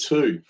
Two